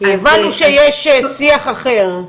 הבנו שיש שיח אחר.